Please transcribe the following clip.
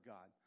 God